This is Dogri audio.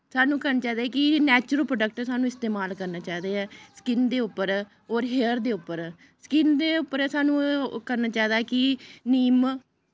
सानूं करने चाहिदे कि नैचरल प्रोडक्ट सानूं इस्तेमाल करने चाहिदे ऐ स्किन दे उप्पर होर हेयर दे उप्पर स्किन दे उप्पर सानूं ओह् करने चाहिदा कि निम्म